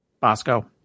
Bosco